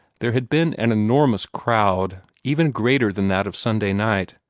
there had been an enormous crowd, even greater than that of sunday night,